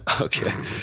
Okay